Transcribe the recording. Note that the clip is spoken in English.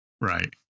Right